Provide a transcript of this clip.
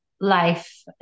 life